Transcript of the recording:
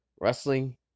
wrestling